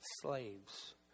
slaves